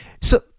So-